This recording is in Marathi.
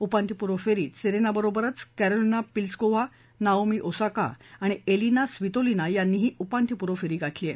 उपांत्यपूर्व फेरीत सेरेनाबरोबरच कॅरोलिना पिल्सकोव्हा नाओमी ओसाका आणि एलिना स्वीतोलिना यांनीही उपांत्यपूर्व फेरी गाठली आहे